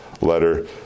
letter